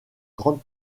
grande